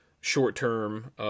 Short-term